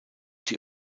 die